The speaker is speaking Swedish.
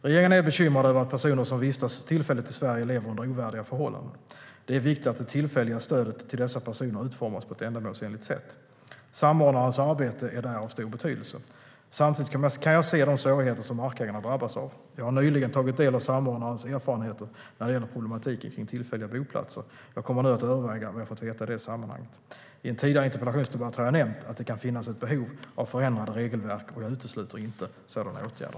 Regeringen är bekymrad över att personer som vistas tillfälligt i Sverige lever under ovärdiga förhållanden. Det är viktigt att det tillfälliga stödet till dessa personer utformas på ett ändamålsenligt sätt. Samordnarens arbete är där av stor betydelse. Samtidigt kan jag se de svårigheter som markägarna drabbas av. Jag har nyligen tagit del av samordnarens erfarenheter när det gäller problematiken kring tillfälliga boplatser. Jag kommer nu att överväga vad jag har fått veta i det sammanhanget. I en tidigare interpellationsdebatt har jag nämnt att det kan finnas ett behov av förändrade regelverk, och jag utesluter inte sådana åtgärder.